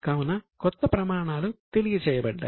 కావున కొత్త ప్రమాణాలు తెలియ చేయబడ్డాయి